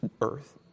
earth